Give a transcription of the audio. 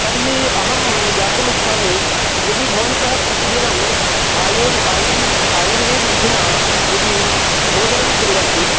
तर्हि अहं ज्ञातुम् इच्छामि यदि भवन्तः प्रतिदिनम् आयुर् आयुर्व् आयुर्वेदविधिना यदि भोजनं कुर्वन्ति